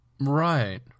Right